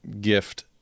gift